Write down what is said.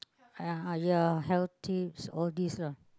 uh yeah healthy all these lah